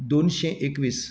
दोनशें एकवीस